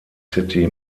city